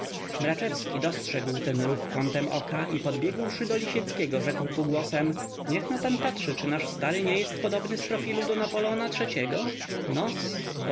mraczewski dostrzegł ten ruch kątem oka i podbiegłszy do lisieckiego rzekł półgłosem niech no pan patrzy czy nasz stary nie jest podobny z profilu do napoleona iii-go nos